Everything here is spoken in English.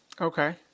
Okay